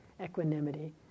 equanimity